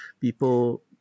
people